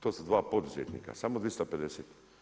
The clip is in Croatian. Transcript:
To su dva poduzetnika, samo 250.